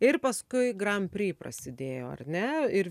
ir paskui gran pri prasidėjo ar ne ir